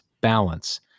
balance